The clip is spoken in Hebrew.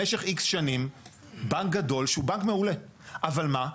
- במשך X שנים בנק גדול שהוא בנק מעולה, אבל מה?